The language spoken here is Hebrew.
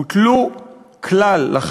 בוטלו כליל,